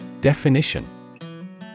Definition